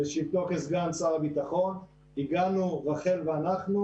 בשבתו כסגן שר הביטחון, הגענו רח"ל ואנחנו